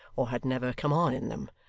or had never come on in them,